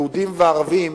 יהודים וערבים,